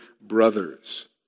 brothers